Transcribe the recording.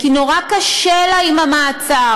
כי נורא קשה לה עם המעצר.